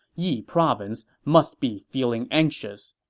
yi province must be feeling anxious.